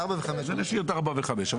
אני אשאיר את 4 ו-5.